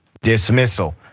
dismissal